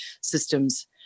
systems